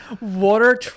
water